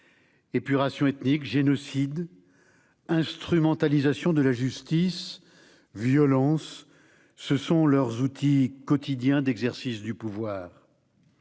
Épuration ethnique, génocide, instrumentalisation de la justice, violence, voilà leurs outils quotidiens d'exercice du pouvoir